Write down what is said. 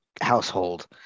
household